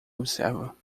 observa